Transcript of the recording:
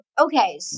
Okay